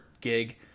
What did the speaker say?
gig